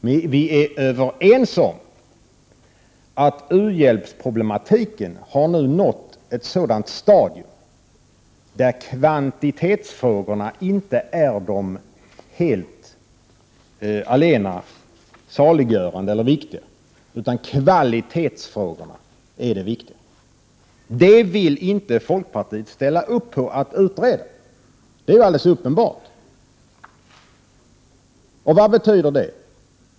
Men vi är överens om en sak: U-hjälpsproblematiken har nu nått ett stadium där kvantitetsfrågorna inte är de allena avgörande, utan kvalitetsfrågorna är det viktiga. Detta vill inte folkpartiet ställa upp på att utreda — det är uppenbart. Vad betyder det?